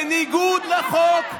בניגוד לחוק,